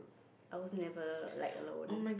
I was never like alone